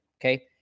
Okay